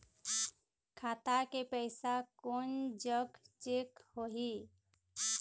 खाता के पैसा कोन जग चेक होही?